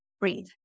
breathe